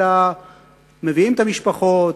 אלא מביאים את המשפחות,